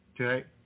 Okay